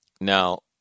Now